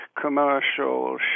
commercial